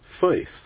faith